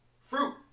fruit